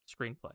screenplay